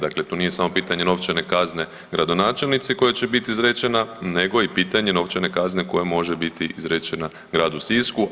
Dakle, to nije samo pitanje novčane kazne gradonačelnice koja će biti izrečena, nego i pitanje novčane kazne koja može biti izrečena gradu Sisku.